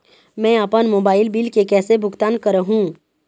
मैं अपन mobile bill के कैसे भुगतान कर हूं?